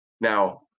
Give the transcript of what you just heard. now